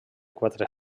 quatre